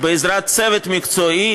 בעזרת צוות מקצועי